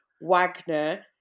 Wagner